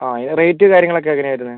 ആ ഈ റേറ്റ് കാര്യങ്ങൾ ഒക്കെ എങ്ങനെയാണ് വരുന്നത്